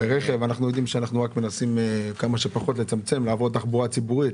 אנחנו יודעים שאנחנו מנסים לצמצם ולעבור לתחבורה הציבורית.